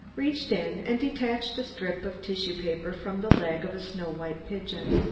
reached in and detached a strip of tissue paper from the leg of a snow-white pigeon.